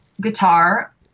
guitar